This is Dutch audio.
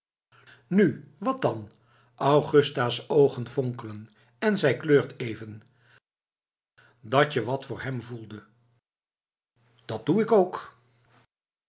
nu wat dan augusta's oogen fonkelen en zij kleurt even dat je wat voor hem voelde dat doe ik ook